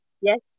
yes